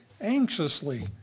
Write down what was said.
anxiously